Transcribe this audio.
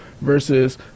versus